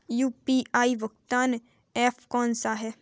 UPI भुगतान app कौन सा है?